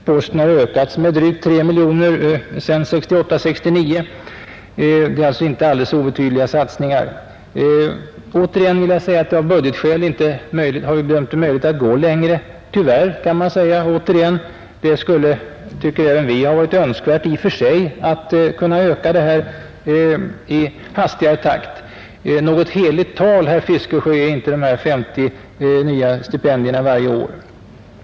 Posten har ökats med drygt tre miljoner sedan 1968/69, och det är alltså inte alldeles obetydliga satsningar. Återigen vill jag säga att vi tyvärr av budgetskäl inte har bedömt det som möjligt att gå längre. Det skulle, tycker även vi, ha varit önskvärt i och för sig att kunna öka anslaget i hastigare takt. Något heligt tal, herr Fiskesjö, utgör inte de här 50 nya stipendierna varje år.